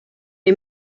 les